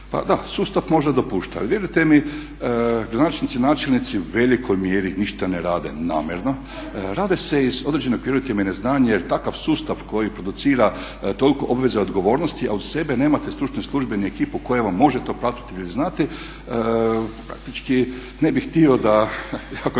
Pa da, sustav možda dopušta. Ali vjerujte mi, gradonačelnici, načelnici u velikoj mjeri ništa ne rade namjerno. Radi se iz određenog vjerujte mi neznanja, jer takav sustav koji producira toliko obveza i odgovornosti, a uz sebe nemate stručne službe ni ekipu koja vam može to pratiti, vi znate, praktički ne bih htio da, ja kao